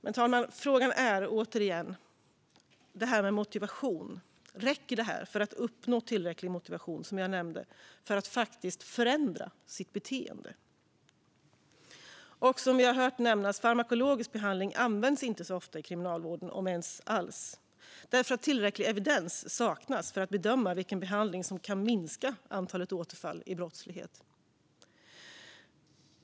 Men, herr talman, frågan handlar återigen om motivation. Räcker detta för att uppnå tillräcklig motivation, som jag nämnde, så att man faktiskt förändrar sitt beteende? Som vi har hört används farmakologisk behandling inte så ofta i kriminalvården. Det saknas nämligen tillräcklig evidens för att bedöma vilken behandling som kan minska antalet återfall i brottslighet.